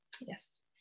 yes